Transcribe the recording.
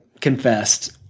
confessed